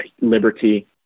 liberty